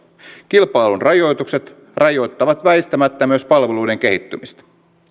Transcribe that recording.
kilpailun rajoitukset rajoittavat väistämättä myös palveluiden kehittymistä